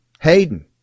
Hayden